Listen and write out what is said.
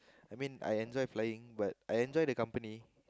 I mean I enjoy flying but I enjoy the company